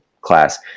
class